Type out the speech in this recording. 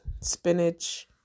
spinach